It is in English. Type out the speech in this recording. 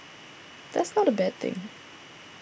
that is not a bad thing